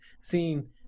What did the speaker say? seen